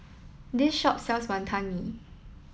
this shop sells Wonton Mee